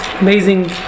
amazing